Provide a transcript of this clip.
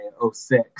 06